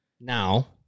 Now